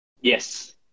Yes